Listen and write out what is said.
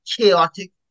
chaotic